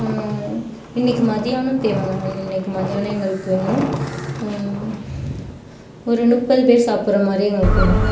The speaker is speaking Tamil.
இன்னிக்கி மதியானம் தேவைங்க இன்னிக்கி மத்தியானம் எங்களுக்கு வேணும் ஒரு முப்பது பேர் சாப்பிட்ற மாதிரி எங்களுக்கு வேணும்